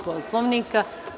Poslovnika?